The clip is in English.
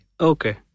Okay